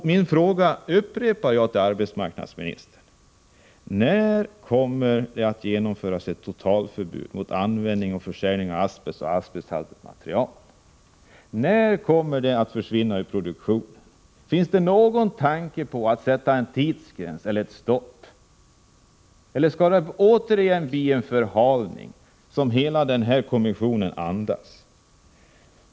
Jag upprepar mina frågor till arbetsmarknadsministern: När kommer det att genomföras ett totalförbud mot användning och försäljning av asbest och asbesthaltigt material? När kommer asbest att försvinna ur produktionen? Finns det någon tanke på att sätta en tidsgräns eller ett stopp, eller skall det återigen bli en förhalning, som hela kommissionen andas?